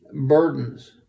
burdens